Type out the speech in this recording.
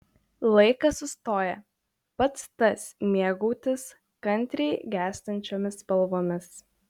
laikas sustoja pats tas mėgautis kantriai gęstančiomis spalvomis